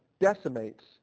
decimates